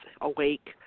awake